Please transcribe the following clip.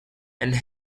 and